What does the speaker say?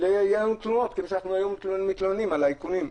יהיו לנו תלונות, כמו שהיום מתלוננים על האיכונים.